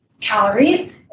calories